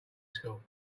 school